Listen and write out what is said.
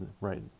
right